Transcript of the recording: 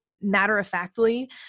matter-of-factly